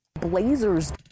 Blazers